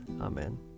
Amen